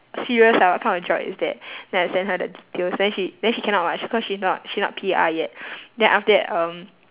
serious ah what kind of job is that then I send her the details then she then she cannot [what] she cause she's not she not P_R yet then after that um